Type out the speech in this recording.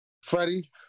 Freddie